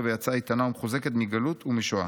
ויצאה איתנה ומחוזקת מגלות ומשואה,